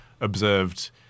observed